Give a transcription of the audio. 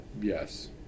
yes